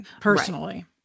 personally